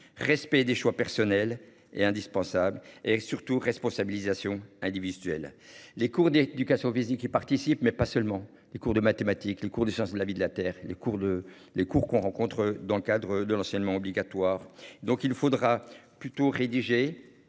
respect des choix personnel est indispensable et surtout responsabilisation individuelle. Les cours d'éducation physique et participe mais pas seulement les cours de mathématiques, les cours des sciences de la vie de la terre et les cours de les cours qu'on rencontre dans le cadre de l'enseignement obligatoire. Donc il faudra plutôt rédigé